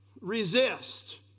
resist